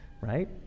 right